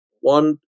one